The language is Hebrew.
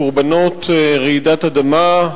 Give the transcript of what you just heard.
קורבנות רעידת אדמה,